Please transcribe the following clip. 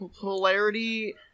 polarity